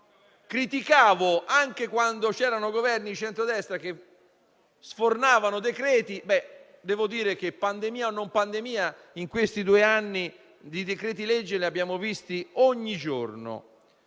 Criticavo anche i Governi di centro-destra che sfornavano decreti. Devo dire che, pandemia o non pandemia, in questi due anni di decreti-legge ne abbiamo visti ogni giorno.